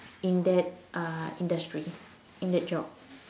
in that uh industry in that job